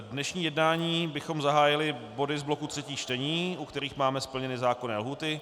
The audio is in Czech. Dnešní jednání bychom zahájili body z bloku třetích čtení, u kterých máme splněny zákonné lhůty.